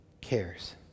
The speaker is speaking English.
cares